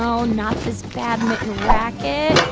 so not this badminton racket.